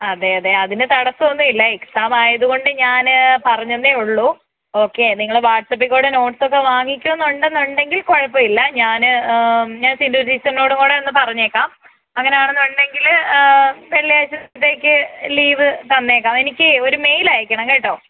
അതെ അതെ അതിന് തടസം ഒന്നും ഇല്ല എക്സാം ആയത് കൊണ്ട് ഞാൻ പറഞ്ഞന്നേ ഉള്ളൂ ഓക്കെ നിങ്ങൾ വാട്ട്സപ്പിക്കൂടെ നോട്ട്സൊക്കെ വാങ്ങിക്കുന്നുണ്ടെങ്കിൽ കുഴപ്പമില്ല ഞാൻ ഞാൻ സിന്ധു ടീച്ചറിനോടും കൂടെ ഒന്ന് പറഞ്ഞേക്കാം അങ്ങനെ ആണെന്നുണ്ടെങ്കിൽ വെള്ളിയാഴ്ചത്തേക്ക് ലീവ് തന്നേക്കാം എനിക്ക് ഒരു മെയിൽ അയക്കണം കേട്ടോ